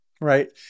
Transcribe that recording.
right